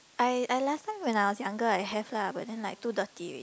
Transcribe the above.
I I last time when I was younger I have lah but then like too dirty already